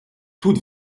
toute